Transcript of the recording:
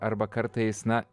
arba kartais na